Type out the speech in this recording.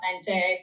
authentic